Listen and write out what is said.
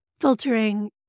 filtering